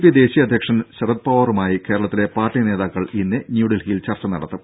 P ദേശീയാധ്യക്ഷൻ ശരത് പവാറുമായി കേരളത്തിലെ പാർട്ടി നേതാക്കൾ ഇന്ന് ന്യൂഡൽഹിയിൽ ചർച്ച നടത്തും